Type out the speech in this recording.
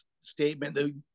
statement